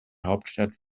hauptstadt